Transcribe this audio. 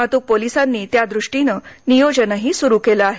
वाहतूक पोलिसांनी त्यादृष्टीनं नियोजनही सुरू केलं आहे